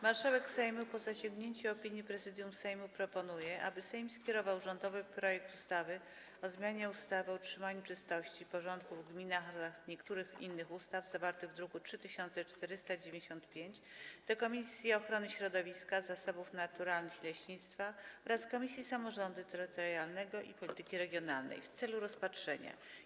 Marszałek Sejmu, po zasięgnięciu opinii Prezydium Sejmu, proponuje, aby Sejm skierował rządowy projekt ustawy o zmianie ustawy o utrzymaniu czystości i porządku w gminach oraz niektórych innych ustaw, zawarty w druku nr 3495, do Komisji Ochrony Środowiska, Zasobów Naturalnych i Leśnictwa oraz Komisji Samorządu Terytorialnego i Polityki Regionalnej w celu rozpatrzenia.